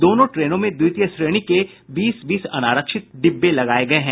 दोनों ट्रेनों में द्वितीय श्रेणी के बीस बीस अनारक्षित डिब्बे लगाये गये हैं